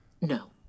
No